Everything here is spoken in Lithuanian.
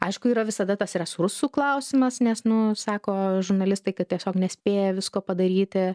aišku yra visada tas resursų klausimas nes nu sako žurnalistai kad tiesiog nespėja visko padaryti